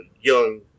young